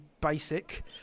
basic